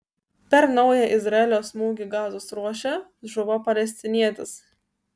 per naują izraelio smūgį gazos ruože žuvo palestinietis